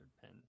pen